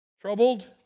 Troubled